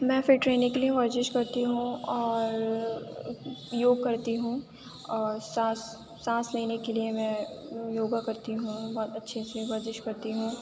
میں فٹ رہنے کے لیے ورزش کرتی ہوں اور یوگ کرتی ہوں اور سانس سانس لینے کے لیے میں یوگا کرتی ہوں بہت اچھے سے ورزش کرتی ہوں